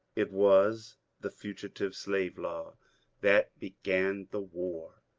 it was the fugitive slave law that began the war.